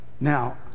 now